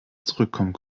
zurückkommen